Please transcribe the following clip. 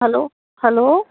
hello hello